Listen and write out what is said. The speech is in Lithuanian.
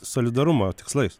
solidarumo tikslais